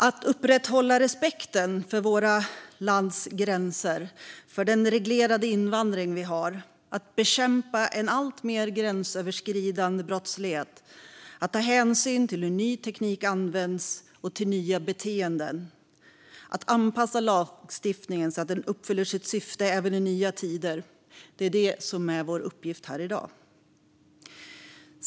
Att upprätthålla respekten för vårt lands gränser och den reglerade invandring vi har, att bekämpa en alltmer gränsöverskridande brottslighet, att ta hänsyn till hur ny teknik används och till nya beteenden och att anpassa lagstiftningen så att den uppfyller sitt syfte även i nya tider är våra uppgifter här i dag.